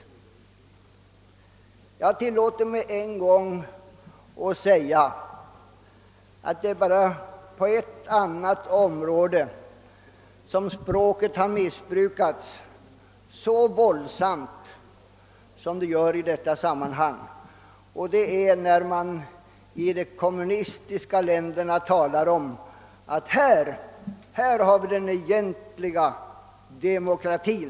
Det är bara, som jag tidigare tillåtit mig framhålla, i ett enda annat sammanhang som så långt jag erinrar mig språket har missbrukats så våldsamt som på detta område, nämligen när man i de kommunistiska länderna talar om att det är där man har den verkliga demokratin.